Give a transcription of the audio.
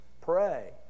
pray